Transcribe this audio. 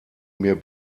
mir